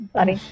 Sorry